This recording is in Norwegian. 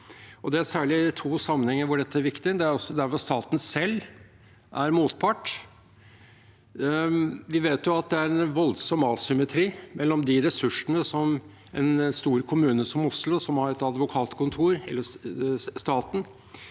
Det er særlig to sammenhenger hvor dette er viktig. Det ene er hvor staten selv er motpart. Vi vet jo at det er en voldsom asymmetri mellom ressursene her. En stor kommune som Oslo som har et advokatkontor, eller staten,